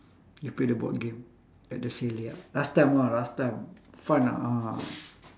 we play the board game at the last time ah last time fun ah ah